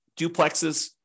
duplexes